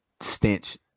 stench